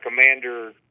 Commander